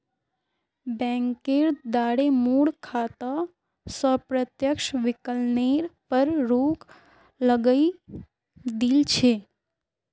बैंकेर द्वारे मोर खाता स प्रत्यक्ष विकलनेर पर रोक लगइ दिल छ